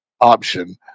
option